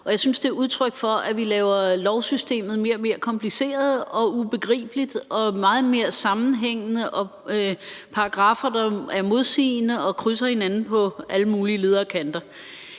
og jeg synes, det er udtryk for, at vi laver lovsystemet mere og mere kompliceret og ubegribeligt og med paragraffer, der er modsigende og krydser hinanden på alle mulige ledder og kanter.